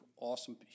awesome